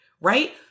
right